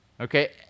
okay